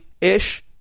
ish